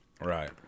Right